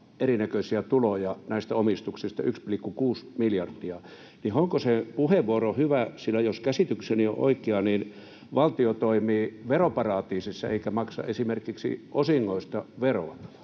erinäköisiä tuloja näistä omistuksista 1,6 miljardia. Honkosen puheenvuoro on hyvä, sillä jos käsitykseni on oikea, niin valtio toimii veroparatiisissa eikä maksa esimerkiksi osingoista veroa,